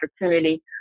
opportunity